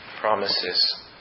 promises